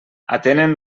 atenen